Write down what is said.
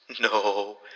No